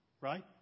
right